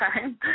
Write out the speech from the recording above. time